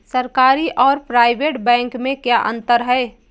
सरकारी और private bank में क्या अंतर है?